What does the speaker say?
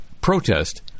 protest